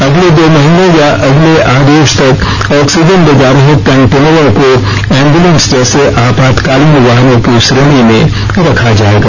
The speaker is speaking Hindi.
अगले दो महीने या अगले आदेश तक ऑक्सीजन ले जा रहे कंटेनरों को एम्बुलेंस जैसे आपातकालीन वाहनों की श्रेणी में रखा जाएगा